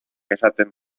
esaten